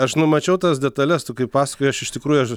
aš numačiau tas detales tu kaip pasakoji aš iš tikrųjų aš